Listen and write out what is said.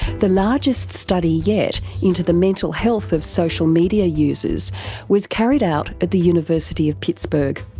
the largest study yet into the mental health of social media users was carried out at the university of pittsburgh.